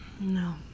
No